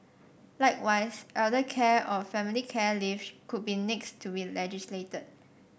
likewise elder care or family care leave could be next to be legislated